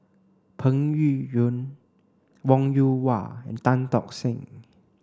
Peng Yuyun Wong Yoon Wah and Tan Tock Seng